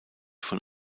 von